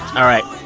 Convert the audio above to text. all right.